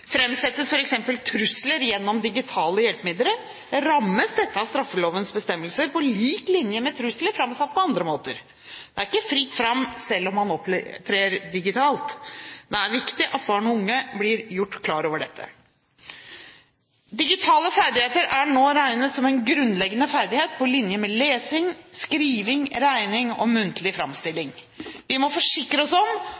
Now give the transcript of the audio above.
trusler gjennom digitale hjelpemidler, rammes dette av straffelovens bestemmelser på lik linje med trusler framsatt på andre måter. Det er ikke fritt fram selv om man opptrer digitalt. Det er viktig at barn og unge blir klar over dette. Digitale ferdigheter er nå regnet som grunnleggende ferdigheter på linje med lesing, skriving, regning og muntlig